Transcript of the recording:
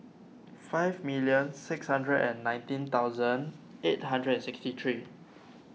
five million six hundred and nineteen thousand eight hundred and sixty three